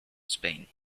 spain